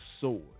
sword